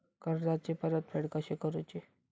कर्जाची परतफेड कशी करुची?